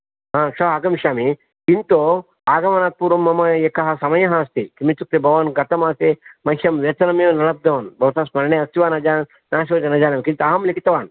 अस्तु श्वः आगमिष्यामि किन्तु आगमनात्पूर्वं मम एकः समयः अस्ति किमित्युक्ते भवान् गतमासे मह्यं वेतनमेव न लब्धवान् भवतः स्मरणे अस्ति वा न जाने नास्ति वा न जानामि किन्तु अहं लिखितवान्